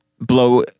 blow